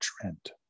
Trent